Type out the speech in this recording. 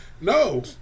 no